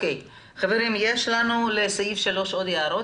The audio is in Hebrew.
יש עוד הערות